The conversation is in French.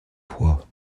poids